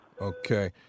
Okay